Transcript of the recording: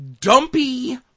dumpy